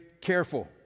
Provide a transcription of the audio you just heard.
careful